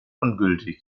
ungültig